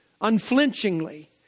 unflinchingly